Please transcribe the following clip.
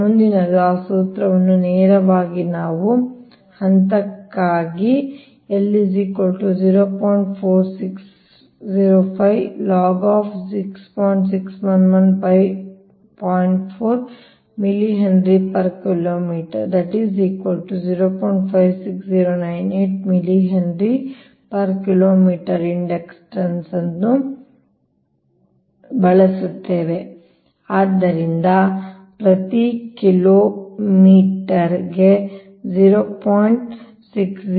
ಮುಂದಿನದು ಆ ಸೂತ್ರವನ್ನು ನೇರವಾಗಿ ನಾವು ಹಂತಕ್ಕಾಗಿ ಇಂಡಕ್ಟನ್ಸ್ ಅನ್ನು ಬಳಸುತ್ತೇವೆ ಆದ್ದರಿಂದ ಪ್ರತಿ ಕಿಲೋಮೀಟರ್ಗೆ 0